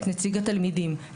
נציג התלמידים,